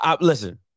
listen